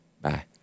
Bye